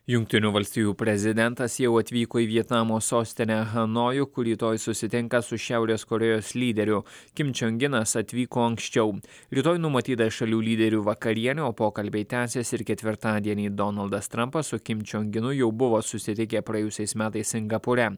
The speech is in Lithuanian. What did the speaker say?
jungtinių valstijų prezidentas jau atvyko į vietnamo sostinę hanojų kur rytoj susitinka su šiaurės korėjos lyderiu kim čiong inas atvyko anksčiau rytoj numatyta šalių lyderių vakarienė o pokalbiai tęsis ir ketvirtadienį donaldas trampas su kim čiong inu jau buvo susitikę praėjusiais metais singapūre